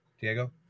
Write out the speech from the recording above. Diego